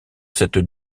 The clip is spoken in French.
cette